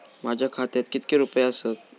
माझ्या खात्यात कितके रुपये आसत?